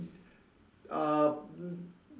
uh